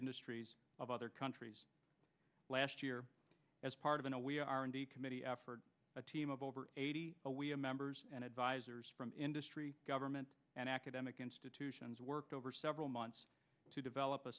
industries of other countries last year as part of an a we r and d committee effort a team of over eighty we have members and advisers from industry government and academic institutions worked over several months to develop a